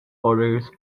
others